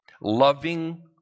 loving